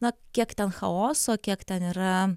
na kiek ten chaoso kiek ten yra